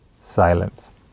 Silence